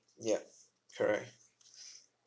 yup correct